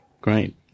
great